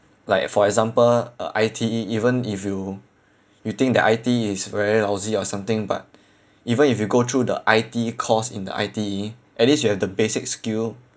like for example uh I_T even if you you think that I_T_E is very lousy or something but even if you go through the I_T course in the I_T_E at least you have the basic skill